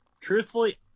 truthfully